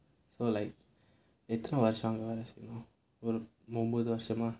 எத்தின வருஷமா வேலை செய்ற ஒரு ஒன்பது வருஷமா:eththina varushamaa velai seira oru onpathu varushamaa